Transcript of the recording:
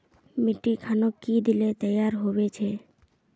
मिट्टी खानोक की दिले तैयार होबे छै?